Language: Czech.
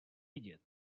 vidět